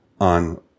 on